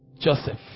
Joseph